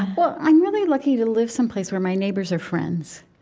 well, i'm really lucky to live someplace where my neighbors are friends.